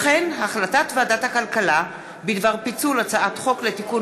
הצעת ועדת הכלכלה בדבר פיצול הצעת חוק לתיקון